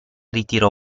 ritirò